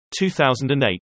2008